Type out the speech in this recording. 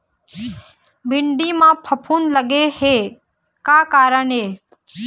भिंडी म फफूंद लगे के का कारण ये?